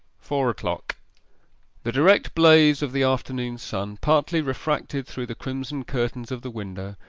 four o'clock the direct blaze of the afternoon sun, partly refracted through the crimson curtains of the window,